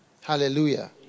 Hallelujah